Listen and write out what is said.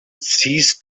ceased